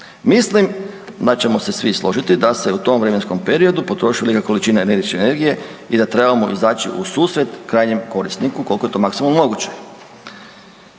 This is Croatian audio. Mislim da ćemo se svi složiti da se u tom vremenskom periodu potroši velika količina električne energije i da trebamo izaći u susret krajnjem korisniku koliko je to maksimalno moguće.